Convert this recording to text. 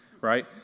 right